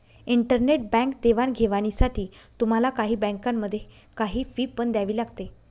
internet bank देवाणघेवाणीसाठी तुम्हाला काही बँकांमध्ये, काही फी पण द्यावी लागते